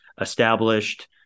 established